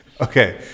Okay